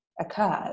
occurs